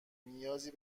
نیازی